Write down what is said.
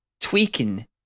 tweaking